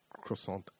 croissant